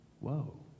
Whoa